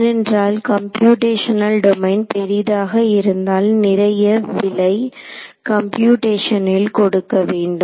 ஏனென்றால் computational domain பெரிதாக இருந்தால் நிறைய விலை கம்ப்யுடேஷனில் கொடுக்க வேண்டும்